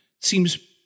seems